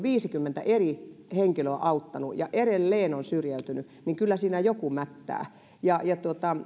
viisikymmentä eri henkilöä auttanut ja edelleen hän on syrjäytynyt niin kyllä siinä joku mättää